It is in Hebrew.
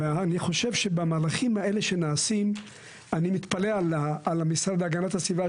ואני חושב שבמהלכים האלה שנעשים אני מתפלא על המשרד להגנת הסביבה,